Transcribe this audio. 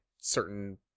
certain